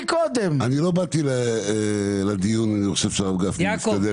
אני לא באתי לדיון, אני חושב שהרב גפני מסתדר לבד.